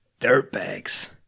dirtbags